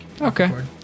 okay